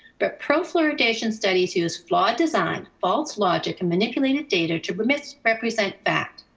but pro-fluoridation studies use flawed design, false logic and manipulated data to but misrepresent fact.